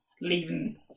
leaving